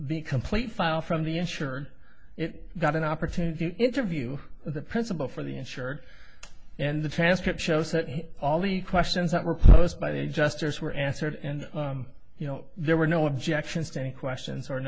the complete file from the insurer it got an opportunity to interview the principal for the insured and the transcript shows that all the questions that were posed by the justice were answered and you know there were no objections to any questions or